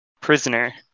prisoner